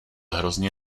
hrozně